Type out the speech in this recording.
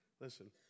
Listen